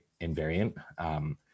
invariant